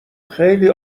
خیلی